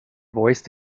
voice